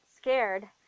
scared